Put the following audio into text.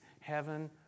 heaven